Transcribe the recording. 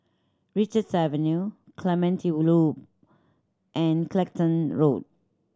Richards Avenue Clementi Loop and Clacton Road